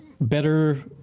better